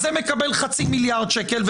אז זה מקבל 0.5 מיליארד שקל,